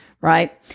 Right